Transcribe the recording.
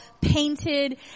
painted